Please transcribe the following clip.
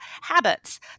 habits